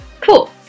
Cool